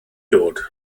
dod